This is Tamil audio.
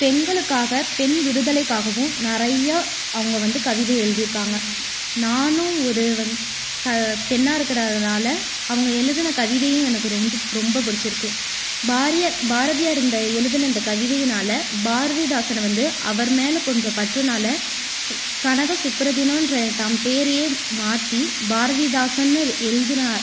பெண்களுக்காக பெண் விடுதலைக்காகவும் நிறைய அவங்க வந்து கவிதை எழுதியிருக்காங்க நானும் ஒரு வந்து பெண்ணாக இருக்கிறனால அவங்க எழுதின கவிதையும் எனக்கு ரொம்து ரொம்ப பிடிச்சிருக்கு பாரியர் பாரதியார் இந்த எழுதின இந்த கவிதையினால் பாரதிதாசன வந்து அவர் மேலே கொண்ட பற்றுனால் கனக சுப்புரத்தினோன்ற தன் பேரையே மாற்றி பாரதிதாசன்னு எழுதினா